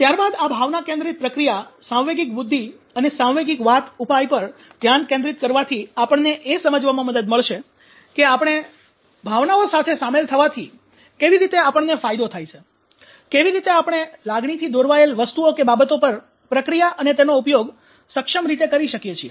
ત્યાર બાદ આ ભાવના કેન્દ્રિત પ્રક્રિયા સાંવેગિક બુદ્ધિ અને સાંવેગિક વાત ઉપાય પર ધ્યાન કેન્દ્રિત કરવાથી આપણને એ સમજવામાં મદદ મળશે કે આપણી ભાવનાઓ સાથે શામેલ થવાથી કેવી રીતે આપણને ફાયદો થાય છે કેવી રીતે આપણે લાગણીથી દોરવાયેલ વસ્તુઓબાબતો પર પ્રક્રિયા અને તેનો ઉપયોગ સક્ષમ રીતે કરી શકીએ છીએ